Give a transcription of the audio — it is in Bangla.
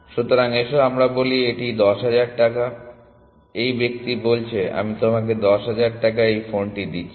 সুতরাং এসো আমরা বলি এটি 10000 টাকা এই ব্যক্তি বলছে আমি তোমাকে 10000 টাকায় এই ফোনটি দিচ্ছি